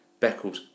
Beckles